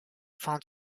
方程